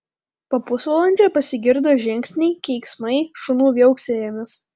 po pusvalandžio pasigirdo žingsniai keiksmai šunų viauksėjimas